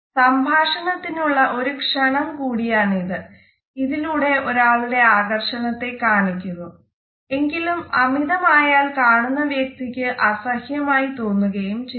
സംഭാഷണത്തിനുള്ള ഒരു ക്ഷണം കൂടിയാണ് ഇത് ഇതിലൂടെ ഒരാളുടെ ആകർഷണത്തെ കാണിക്കുന്നു എങ്കിലും അമിതമായാൽ കാണുന്ന വ്യക്തിക്ക് അസഹ്യമായി തോന്നുകയും ചെയ്യും